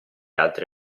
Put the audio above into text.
altri